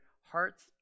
hearts